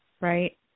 right